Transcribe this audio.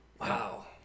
Wow